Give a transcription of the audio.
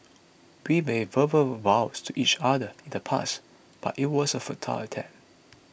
we made verbal vows to each other in the past but it was a futile attempt